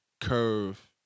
curve